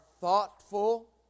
thoughtful